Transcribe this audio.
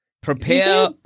Prepare